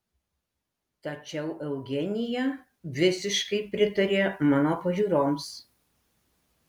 tačiau eugenija visiškai pritarė mano pažiūroms